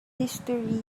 history